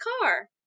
car